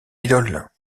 idole